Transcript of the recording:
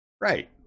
right